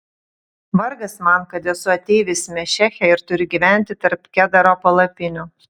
vargas man kad esu ateivis mešeche ir turiu gyventi tarp kedaro palapinių